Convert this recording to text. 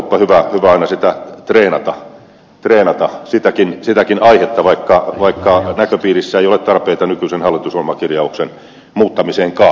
kuoppa hyvä aina sitä treenata treenata sitäkin aihetta vaikka näköpiirissä ei ole tarpeita nykyisen hallitusohjelmakirjauksen muuttamiseenkaan